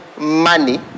money